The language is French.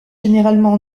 généralement